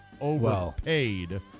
overpaid